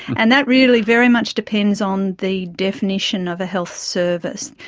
and that really very much depends on the definition of a health service.